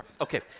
Okay